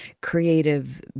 creative